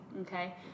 okay